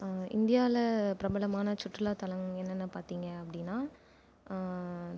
இந்தியாவில் பிரபலமான சுற்றுலா தளம் என்னென்ன பார்த்திங்க அப்படினா